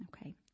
Okay